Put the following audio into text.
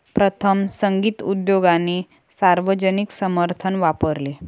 प्रथम, संगीत उद्योगाने सार्वजनिक समर्थन वापरले